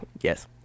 Yes